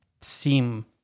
seem